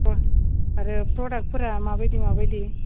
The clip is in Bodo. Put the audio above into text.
आरो प्रडाक्टफोरा माबायदि माबायदि